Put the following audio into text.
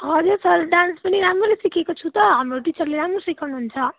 हजुर sir dance पनि राम्ररी सिकेको छु त हाम्रो टिचरले राम्रो सिकाउनु हुन्छ